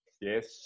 Yes